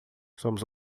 somos